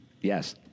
Yes